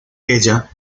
ella